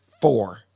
four